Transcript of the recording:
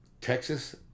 Texas